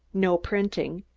no printing,